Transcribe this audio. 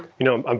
you know, um